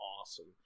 awesome